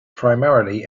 primarily